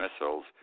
missiles